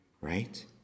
right